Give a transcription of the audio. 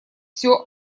все